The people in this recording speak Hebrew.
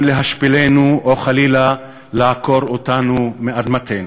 להשפילנו או חלילה לעקור אותנו מאדמתנו.